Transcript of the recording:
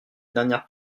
dernière